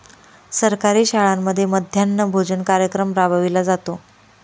सरकारी शाळांमध्ये मध्यान्ह भोजन कार्यक्रम राबविला जातो